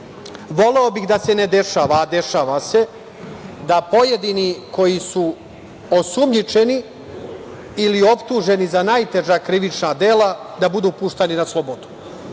bih da se ne dešava, a dešava se da pojedini koji su osumnjičeni ili optuženi za najteža krivična dela, da budu puštani na slobodu.